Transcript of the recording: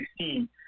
2016